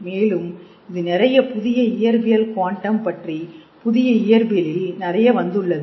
மேலும் இது நிறைய புதிய இயற்பியல் குவாண்டம் பற்றி புதிய இயற்பியலில் நிறைய வந்து உள்ளது